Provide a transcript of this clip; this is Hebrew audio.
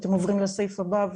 שאתם עוברים לסעיף הבא,